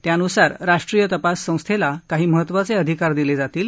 त्यानुसार राष्ट्रीय तपास संस्थेला काही महत्त्वाचे अधिकार दिले जातील